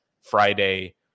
Friday